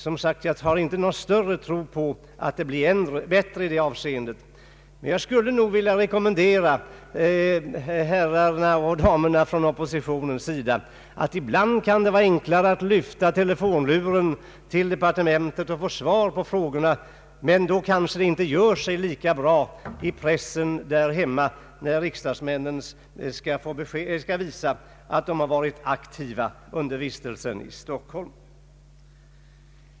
Jag har som sagt inte någon större tro på att det blir bättre i det avseendet, men jag skulle vilja rekommendera herrarna och damerna från oppositionens sida att ibland lyfta på telefonluren och ringa till departementen och få svar på frågorna. Men det skulle kanske inte göra sig lika bra i pressen där hemma, när riksdagsledamöterna skall visa att de varit aktiva under vistelsen i Stockholm.